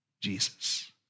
Jesus